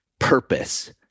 purpose